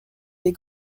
des